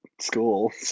school